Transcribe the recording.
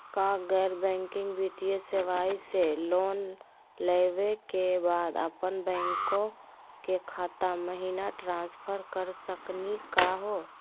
का गैर बैंकिंग वित्तीय सेवाएं स लोन लेवै के बाद अपन बैंको के खाता महिना ट्रांसफर कर सकनी का हो?